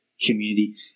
community